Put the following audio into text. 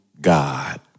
God